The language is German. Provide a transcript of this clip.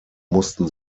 mussten